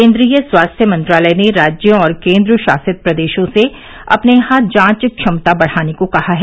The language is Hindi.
केन्द्रीय स्वास्थ्य मंत्रालय ने राज्यों और केन्द्रशासित प्रदेशों से अपने यहां जांच क्षमता बढ़ाने को कहा है